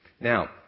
Now